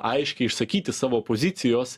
aiškiai išsakyti savo pozicijos